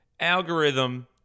algorithm